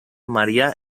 maria